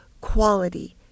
quality